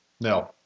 No